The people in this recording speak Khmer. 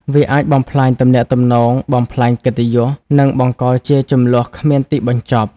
វាអាចបំផ្លាញទំនាក់ទំនង បំផ្លាញកិត្តិយស និងបង្កជាជម្លោះគ្មានទីបញ្ចប់។